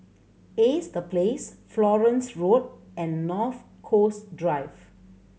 Ace The Place Florence Road and North Coast Drive